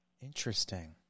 Interesting